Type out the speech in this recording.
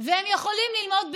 והם יכולים ללמוד בזום.